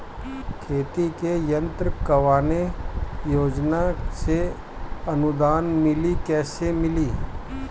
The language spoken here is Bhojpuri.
खेती के यंत्र कवने योजना से अनुदान मिली कैसे मिली?